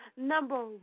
number